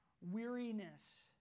weariness